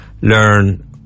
learn